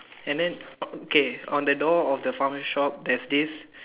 and then okay on the door of the pharma shop there's this